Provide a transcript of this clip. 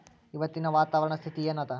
ಇವತ್ತಿನ ವಾತಾವರಣ ಸ್ಥಿತಿ ಏನ್ ಅದ?